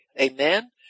Amen